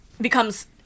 becomes